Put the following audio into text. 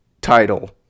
title